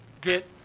get